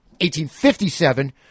1857